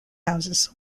houses